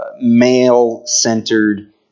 male-centered